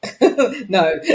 no